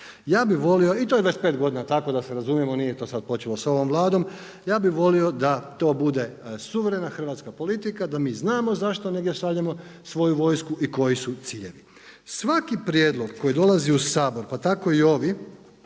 Ja bih volio, i to je 25 godina tako, da se razumijemo, nije to sada počelo sa ovom Vladom, ja bih volio da to bude suverena hrvatska politika, da mi znamo zašto negdje šaljemo svoju vojsku i koji su ciljevi. Svaki prijedlog koji dolazi u Sabor, pa tako i ovi